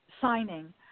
signing